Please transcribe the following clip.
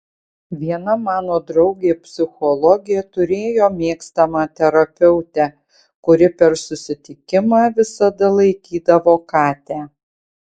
viena mano draugė psichologė turėjo mėgstamą terapeutę kuri per susitikimą visada laikydavo katę